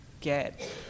get